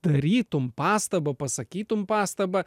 tarytum pastabą pasakytum pastabą